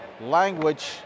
language